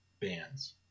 bands